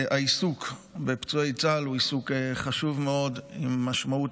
והעיסוק בפצועי צה"ל הוא עיסוק חשוב מאוד עם משמעות